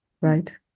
right